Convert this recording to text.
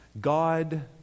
God